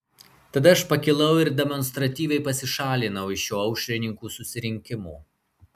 tada aš pakilau ir demonstratyviai pasišalinau iš šio aušrininkų susirinkimo